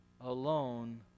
alone